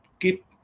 keep